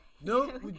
No